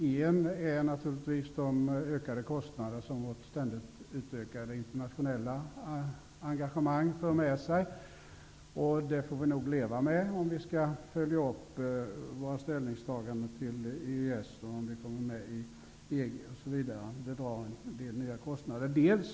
En orsak är naturligtvis de ökade kostnader som vårt ständigt utökade internationella engagemang för med sig. Det får vi säkerligen leva med, om vi vill följa upp våra ställningstaganden när det gäller EES och EG, som drar en del nya kostnader med sig.